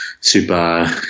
super –